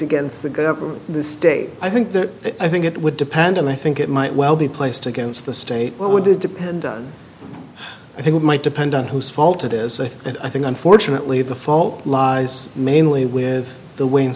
against the good of the state i think that i think it would depend and i think it might well be placed against the state what would it depend i think it might depend on whose fault it is and i think unfortunately the fault lies mainly with the w